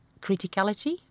criticality